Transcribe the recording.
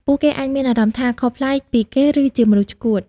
ពួកគេអាចមានអារម្មណ៍ថា "ខុសប្លែក" ពីគេ ឬជា "មនុស្សឆ្កួត"។